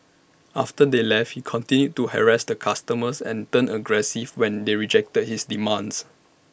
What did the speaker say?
after they left he continued to harass the customers and turned aggressive when they rejected his demands